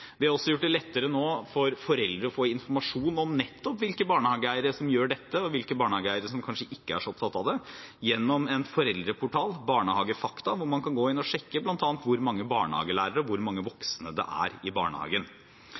Vi har også gjort det lettere nå for foreldre å få informasjon om nettopp hvilke barnehageeiere som gjør dette, og hvilke barnehageeiere som kanskje ikke er så opptatt av det, gjennom en foreldreportal – barnehagefakta.no – hvor man kan gå inn og sjekke bl.a. hvor mange barnehagelærere og hvor mange voksne det er i barnehagen.